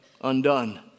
undone